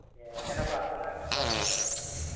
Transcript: কেনেকুৱা আপোনাৰ কেনেকুৱা চলি আছে